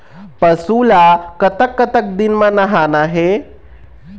पशु ला कतक कतक दिन म नहाना हे?